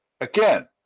again